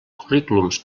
currículums